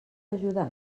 ajudar